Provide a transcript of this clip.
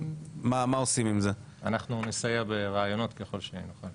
מה עושים עם זה, אנחנו נסייע ברעיונות, ככל שנוכל.